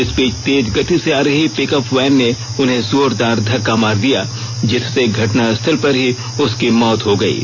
इस बीच तेज गति से आ रही पिकअप वैन ने उन्हें जोरदार धक्का मार दिया जिससे घटनास्थल पर ही उसकी मौत हो गई है